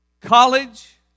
college